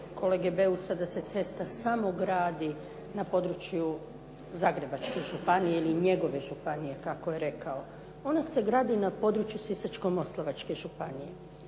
kolege Beusa da se cesta samo gradi na području Zagrebačke županije ili njegove županije kako je rekao. Ona se gradi na području Sisačko-moslavačke županije.